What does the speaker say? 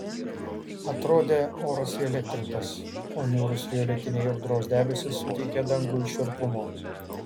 atrodė oras įelektrintas o niūrūs violetiniai audros debesys suteikė dangui šiurpumo